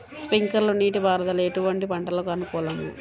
Sprinkler నీటిపారుదల ఎటువంటి పంటలకు అనుకూలము?